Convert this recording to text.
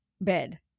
Bed